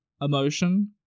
emotion